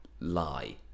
lie